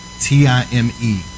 T-I-M-E